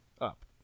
up